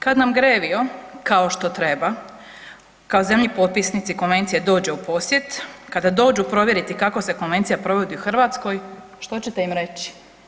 Kad nam GREVIO kao što treba, kao zemlji potpisnici konvencije dođe u posjet, kada dođu provjeriti kako se Konvencija provodi u Hrvatskoj, što ćete im reći?